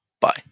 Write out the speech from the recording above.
Bye